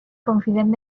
confident